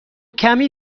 کمی